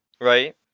right